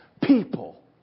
people